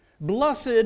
Blessed